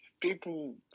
people